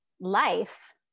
life